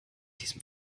diesem